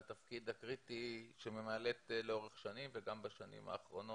לתפקיד הקריטי שהיא ממלאת לאורך שנים וגם בשנים האחרונים